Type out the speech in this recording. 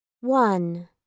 One